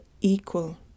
equal